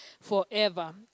forever